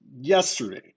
yesterday